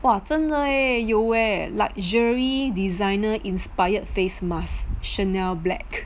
!wah! 真的 eh 有 eh luxury designer inspired face mask Chanel black